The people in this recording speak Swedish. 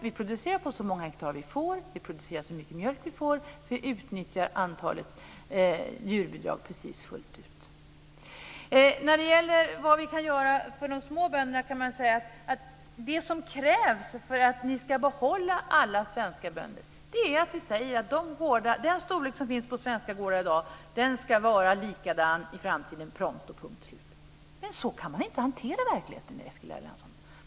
Vi producerar på så många hektar vi får, vi producerar så mycket mjölk vi får, vi utnyttjar djurbidraget precis fullt ut. Vad kan vi göra för de små bönderna? Det som krävs för att vi ska kunna behålla alla svenska bönder är att säga att den storlek som finns på svenska gårdar i dag ska vara likadan i framtiden, prompt och punkt och slut. Men så kan man inte hantera verkligheten, Eskil Erlandsson.